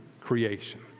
creation